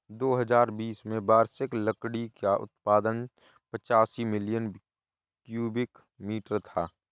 दो हजार बीस में वार्षिक लकड़ी का उत्पादन पचासी मिलियन क्यूबिक मीटर था